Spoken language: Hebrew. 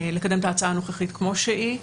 ההצעה הנוכחית כמו שהיא.